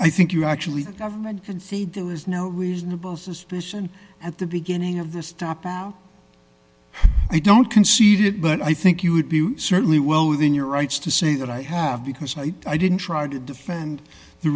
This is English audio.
i think you actually government concede there was no reasonable suspicion at the beginning of the stop out i don't concede it but i think you would be certainly well within your rights to say that i have because i didn't try to defend the